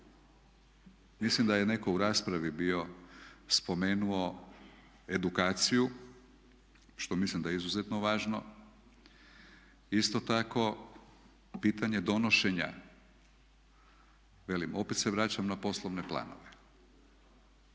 Mislim da je netko u raspravi bio spomenuo edukaciju što mislim da je izuzetno važno. Isto tako pitanje donošenja, velim opet se vraćam na poslovne planove.